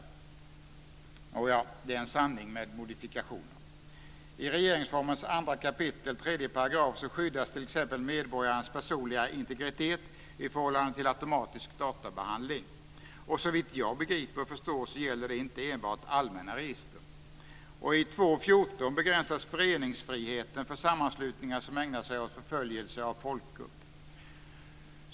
Nåja, det är en sanning med modifikation. I regeringsformens 2 kap. 3 § skyddas t.ex. medborgarens personliga integritet i förhållande till automatisk databehandling, och såvitt jag begriper och förstår gäller det inte enbart allmänna register. I 2 kap. 14 § begränsas föreningsfriheten för sammanslutningar som ägnar sig åt förföljelse av folkgrupp.